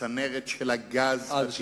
הצנרת של הגז הטבעי.